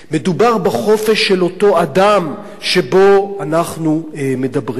מדובר בחופש של אותו אדם שבו אנחנו מדברים.